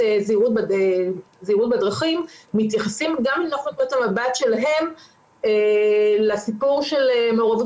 'זהירות בדרכים' מתייחסים גם מתוך נקודת המבט שלהם לסיפור של מעורבות